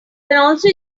also